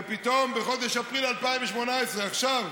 ופתאום, בחודש אפריל 2018, עכשיו,